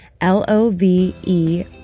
L-O-V-E